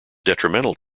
detrimental